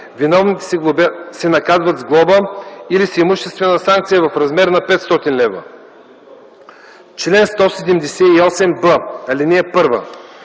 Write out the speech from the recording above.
виновните се наказват с глоба или с имуществена санкция в размер 500 лв. Чл. 178б. (1)